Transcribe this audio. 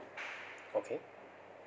okay